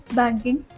banking